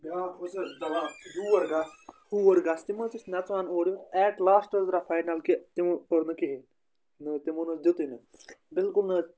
بیٛاکھ اوس حظ دَپان یور گژھ ہور گژھ تِم حظ ٲسۍ نَژوان اورٕ ایٹ لاسٹ حظ درٛاو فاینَل کہِ تِمو کوٚر نہٕ کِہیٖنۍ تِمو نہٕ حظ دیُتُے نہٕ بالکُل نہٕ حظ